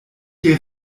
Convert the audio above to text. hier